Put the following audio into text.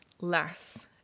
less